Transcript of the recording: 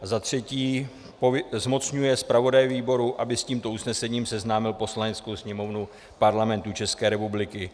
III. zmocňuje zpravodaje výboru, aby s tímto usnesením seznámil Poslaneckou sněmovnu Parlamentu České republiky.